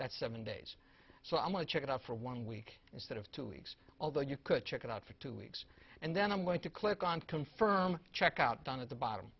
that's seven days so i'm gonna check it out for one week instead of two leagues although you could check it out for two weeks and then i'm going to click on confirm checkout down at the bottom